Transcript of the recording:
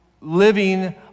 living